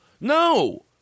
No